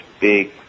big